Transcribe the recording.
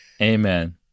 Amen